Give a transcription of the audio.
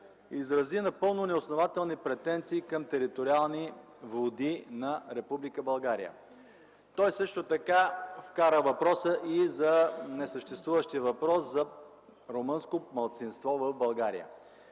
изрази напълно неоснователни претенции към териториални води на Република България. Той също така вкара несъществуващия въпрос за румънско малцинство в България.